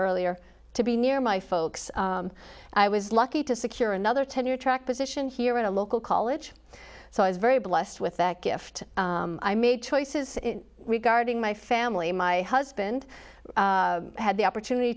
earlier to be near my folks i was lucky to secure another tenure track position here at a local college so i was very blessed with that gift i made choices regarding my family my husband had the opportunity